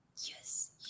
Yes